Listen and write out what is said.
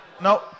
no